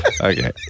Okay